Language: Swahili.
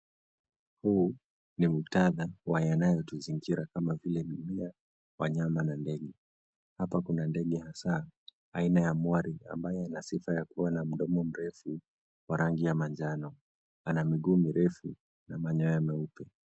Huu ni mtadha wa yanayotuzingira kama vile mimea, wanyama na ndege. Hapa kuna ndege hasaa, aina ya mwari, ambaye ana sifa ya kuwa na mdomo mrefu, wa rangi ya manjano. Ana miguu mirefu na manyoya meupe.